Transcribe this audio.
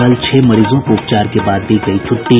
कल छह मरीजों को उपचार के बाद दी गयी छुट्टी